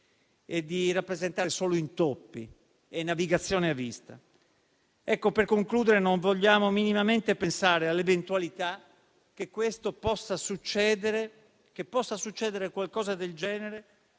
e di rappresentare solo intoppi e navigazione a vista. Per concludere, non vogliamo minimamente pensare all'eventualità che questo possa succedere, che possa succedere qualcosa del genere,